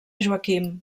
joaquim